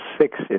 six